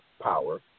power